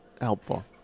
helpful